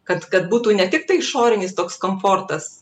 kad kad būtų ne tiktai išorinis toks komfortas